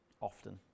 often